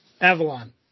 Avalon